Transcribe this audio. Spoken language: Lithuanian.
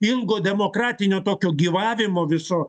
ilgo demokratinio tokio gyvavimo viso